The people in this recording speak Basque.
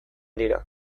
dira